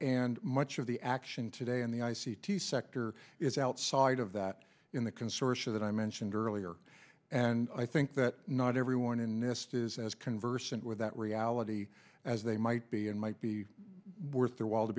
and much of the action today in the i c t sector is outside of that in the consortium that i mentioned earlier and i think that not everyone in nest is as conversant with that reality as they might be and might be worth their while to